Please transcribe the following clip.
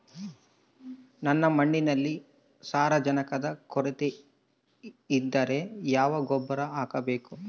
ನನ್ನ ಮಣ್ಣಿನಲ್ಲಿ ಸಾರಜನಕದ ಕೊರತೆ ಇದ್ದರೆ ಯಾವ ಗೊಬ್ಬರ ಹಾಕಬೇಕು?